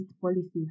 policy